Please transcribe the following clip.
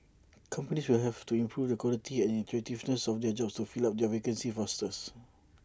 companies will have to improve the quality and attractiveness of their jobs to fill up their vacancies fosters